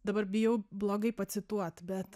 dabar bijau blogai pacituot bet